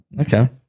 Okay